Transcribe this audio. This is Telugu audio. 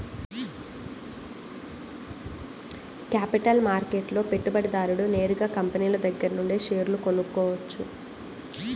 క్యాపిటల్ మార్కెట్లో పెట్టుబడిదారుడు నేరుగా కంపినీల దగ్గరనుంచే షేర్లు కొనుక్కోవచ్చు